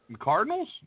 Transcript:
Cardinals